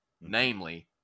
namely